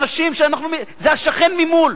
זה השכן ממול.